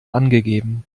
angegeben